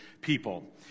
people